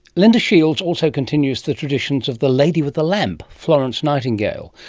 linda shields also continues the traditions of the lady with a lamp, florence nightingale,